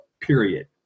period